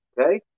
Okay